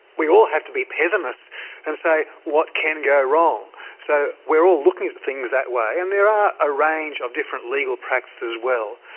we all have to be pessimists and say, what can go wrong? so we're all looking at things that way. and there are a range of different legal practices as well.